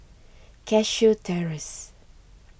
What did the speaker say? Cashew Terrace